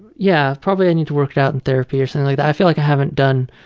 yeah, probably i need to work it out in therapy or something. i feel like i haven't done